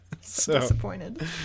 Disappointed